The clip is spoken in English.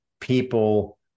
people